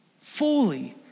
Fully